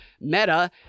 Meta